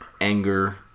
anger